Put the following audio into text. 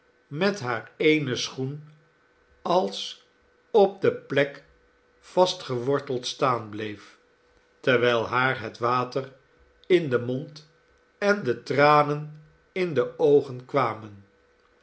met haar eenen schoen als op de plek vastgeworteld staan bleef terwijl haar het water in den mond en de tranen in de oogen kwamen